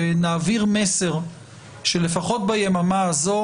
יעבירו מסר שלפחות ביממה הזאת,